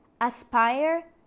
Aspire